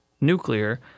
nuclear